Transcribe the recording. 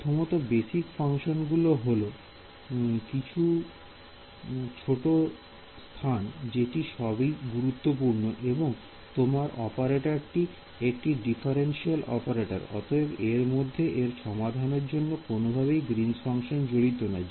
প্রথমত বিসিক ফাংশনগুলো হল কিছু ছোট স্থান যেটি খুবই গুরুত্বপূর্ণ এবং তোমার অপারেটরটি একটি ডিফারেন্সিয়াল অপারেটর অতএব এর মধ্যে এর সমাধানের জন্য কোনভাবেই গ্রীন ফাংশন জড়িত না